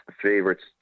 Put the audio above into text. favorites